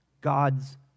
God's